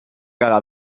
gala